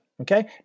Okay